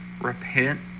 repent